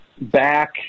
back